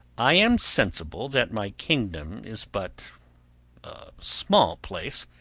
i am sensible that my kingdom is but a small place,